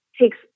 takes